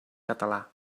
català